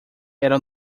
era